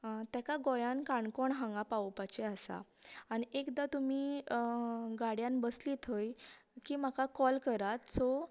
ताका गोयांत कोणकोण हांगा पावावपाचे आसा आनी एकदां तुमी गाडयान बसली थंय की म्हाका कॉल करात सो